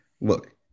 look